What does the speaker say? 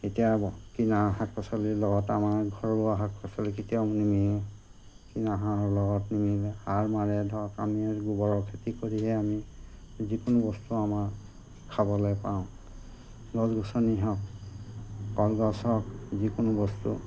এতিয়া কিনা শাক পাচলিৰ লগত আমাৰ ঘৰৱা শাক পাচলি কেতিয়াও নিমিলে কিনা শাকৰ লগত নিমিলে সাৰ মাৰে ধৰক আমি গোবৰৰ খেতি কৰিহে আমি যিকোনো বস্তু আমাৰ খাবলৈ পাওঁ গছ গছনি হওক কলগছ হওক যিকোনো বস্তু